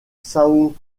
são